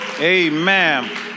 Amen